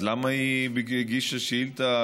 אז למה היא הגישה שאילתה?